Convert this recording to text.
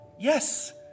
Yes